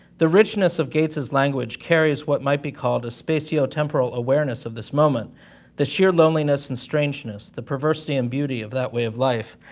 the richness of gates's language carries what might be called a spatiotemporal awareness of this moment the sheer loneliness and strangeness, the perversity and beauty of that way of life,